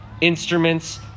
instruments